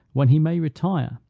when he may retire,